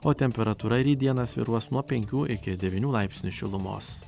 o temperatūra dieną svyruos nuo penkių iki devynių laipsnių šilumos